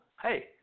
Hey